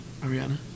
Ariana